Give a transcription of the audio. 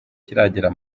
kiragera